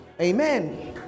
Amen